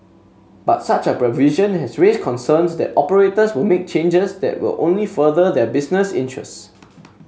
but such a provision has raised concerns that operators will make changes that will only further their business interests